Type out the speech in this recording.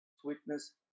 sweetness